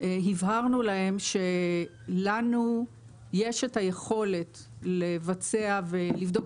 הבהרנו להם שלנו יש את היכולת לבצע ולבדוק